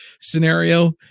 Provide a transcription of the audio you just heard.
scenario